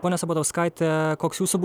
tai ponia sabatauskaite koks jūsų